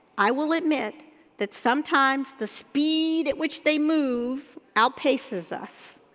i will admit that sometimes the speed at which they move outpaces us.